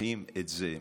צריכים את זה?